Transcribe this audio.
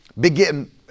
begin